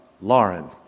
Lauren